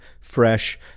Fresh